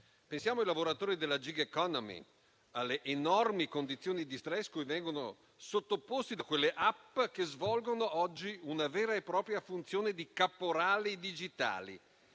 Pensiamo ai lavoratori della *gig economy*, alle enormi condizioni di stress in cui vengono sottoposti da quelle *app*, che svolgono oggi una vera e propria funzione di caporali digitali